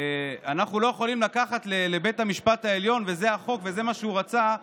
שאנחנו לא יכולים לקחת לבית המשפט העליון וזה החוק וזה מה שהוא רצה,